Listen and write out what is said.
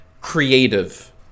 creative